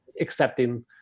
accepting